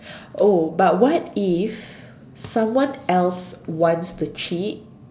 oh but what if someone else wants to cheat